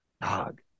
Dog